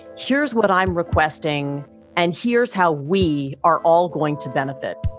here's what i'm requesting and here's how we are all going to benefit